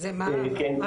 כן.